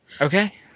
Okay